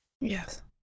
Yes